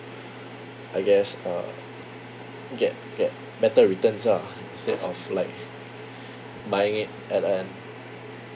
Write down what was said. I guess uh get get better returns ah instead of like buying it at a